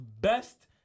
best